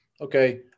okay